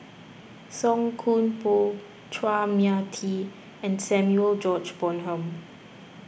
Song Koon Poh Chua Mia Tee and Samuel George Bonham